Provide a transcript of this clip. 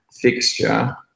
fixture